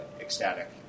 ecstatic